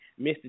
Mr